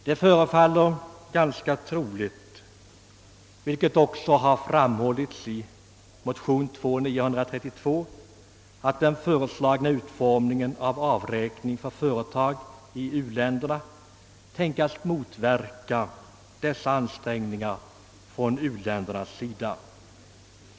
Det förefaller ganska troligt — vilket också har framhållits i motion 11: 932 — att den föreslagna utformningen av skatteavräkningen för företag i u-länderna kan tänkas motverka dessa ansträngningar från u-ländernas sida.